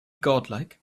godlike